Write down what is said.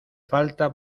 falta